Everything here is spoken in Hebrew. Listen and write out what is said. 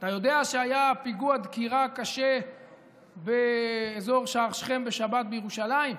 אתה יודע שהיה פיגוע דקירה קשה באזור שער שכם בשבת בירושלים?